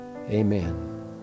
Amen